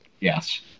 Yes